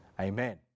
Amen